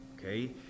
Okay